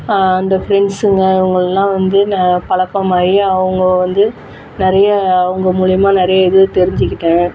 அந்தப் பிரண்ட்ஸுங்க இவங்கல்லாம் வந்து பழக்கமாகி அவங்க வந்து நிறையா அவங்க மூலியமாக நிறைய இது தெரிஞ்சுக்கிட்டேன்